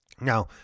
Now